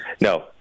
No